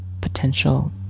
potential